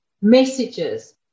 messages